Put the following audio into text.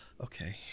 okay